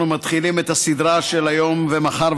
אנחנו מתחילים את הסדרה של היום ומחר,